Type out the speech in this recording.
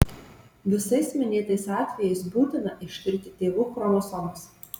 visais minėtais atvejais būtina ištirti tėvų chromosomas